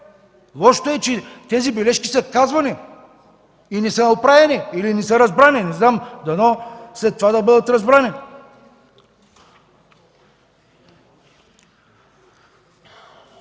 Лошото е, че тези бележки са казани, но не са оправени или не са разбрани. Не знам, дано след това да бъдат разбрани.